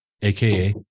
aka